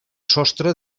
sostre